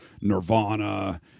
Nirvana